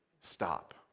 stop